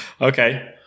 Okay